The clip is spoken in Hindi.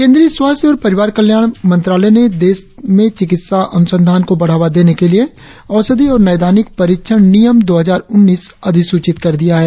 केंद्रीय स्वास्थ्य और परिवार कल्याण मंत्रालय ने देश में चिकित्सा अनुसंधान को बढ़ावा देने के लिए औषधि और नैदानिक परीक्षण नियम दो हजार उन्नीस अधिसूचित कर दिया है